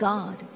God